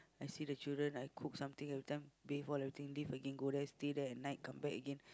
I see the children I cook something every time bath all everything bath again go there stay there at night come back again